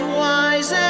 wise